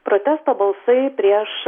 protesto balsai prieš